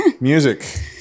Music